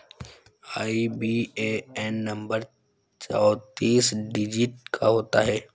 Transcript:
IBAN number चौतीस digit का होता है